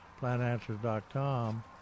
plantanswers.com